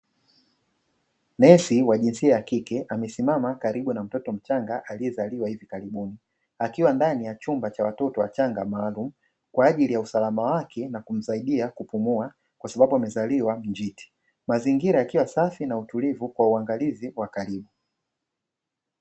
Nesi wa jinsia ya kike, amesimama karibu na mtoto mchanga aliyezaliwa hivi karibuni. Akiwa ndani ya chumba cha watoto wachanga maalumu, kwa ajili ya usalama wake na kumsaidia kupumua kwa sababu amezaliwa njiti. Mazingira yakiwa safi na utulivu kwa uangalizi wa karibu.